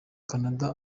canada